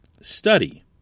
study